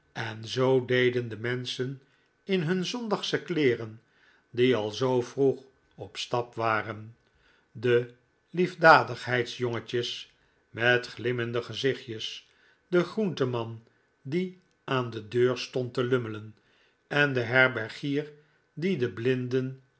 en zoo deden de menschen in hun zondagsche kleeren die al zoo vroeg op stap waren de liefdadigheidsjongetjes met glimmende gezichtjes de groenman die aan de deur stond te lummelen en de herbergier die de blinden